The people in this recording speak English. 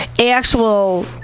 actual